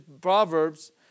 Proverbs